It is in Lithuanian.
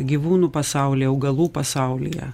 gyvūnų pasauly augalų pasaulyje